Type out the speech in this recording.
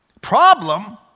Problem